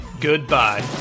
goodbye